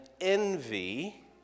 envy